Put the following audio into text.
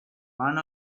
one